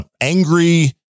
angry